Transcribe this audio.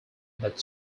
but